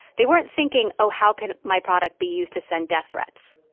they weren't thinking, oh, how can my product be used to send death threats.